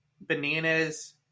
Bananas